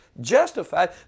justified